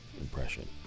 impression